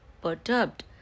perturbed